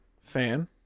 fan